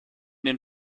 den